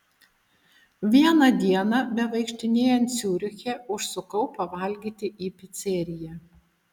vieną dieną bevaikštinėjant ciuriche užsukau pavalgyti į piceriją